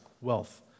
wealth